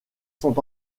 sont